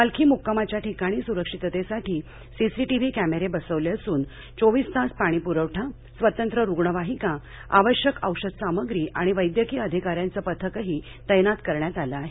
पालखी म्क्कामाच्या ठिकाणी स्रक्षिततेसाठी सीसीटीव्ही कॅमेरे बसवले असून चोवीस तास पाणीप्रवठा स्वतंत्र रुग्णवाहिका आवश्यक औषधसामग्री आणि वैद्यकीय अधिका यांचं पथकही तैनात करण्यात आल आहे